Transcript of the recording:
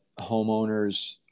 homeowners